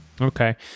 Okay